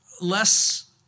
less